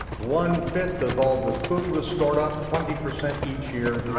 one fifth of all the food was stored up, twenty percent each year,